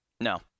No